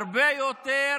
הרבה יותר